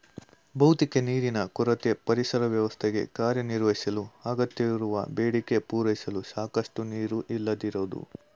ಭೌತಿಕ ನೀರಿನ ಕೊರತೆ ಪರಿಸರ ವ್ಯವಸ್ಥೆಗೆ ಕಾರ್ಯನಿರ್ವಹಿಸಲು ಅಗತ್ಯವಿರುವ ಬೇಡಿಕೆ ಪೂರೈಸಲು ಸಾಕಷ್ಟು ನೀರು ಇಲ್ಲದಿರೋದು